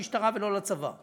לא למשטרה ולא לצבא,